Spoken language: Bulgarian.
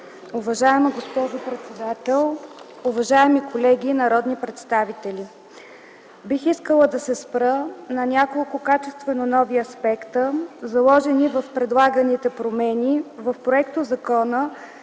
Уважаема госпожо председател, уважаеми колеги народни представители! Бих искала да се спра на няколко качествено нови аспекта, заложени в предлаганите промени в Законопроекта за